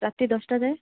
ରାତି ଦଶଟା ଯାଏଁ